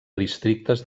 districtes